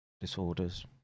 disorders